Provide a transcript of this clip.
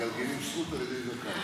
מגלגלין זכות על ידי זכאי.